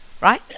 right